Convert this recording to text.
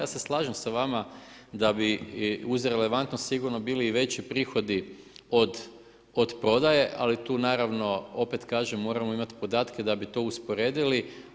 Ja se slažem sa vama, da bi uz relevantno sigurno bili i veći prihodi od prodaje, ali tu naravno, opet kažem, moramo imati podatke, da bi to usporedili.